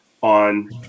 on